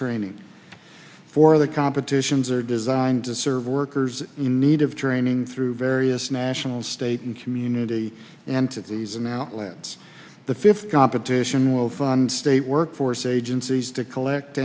training for the competitions are designed to serve workers in need of training through various national state and community entities in outlands the fifth competition will fund state workforce agencies to collect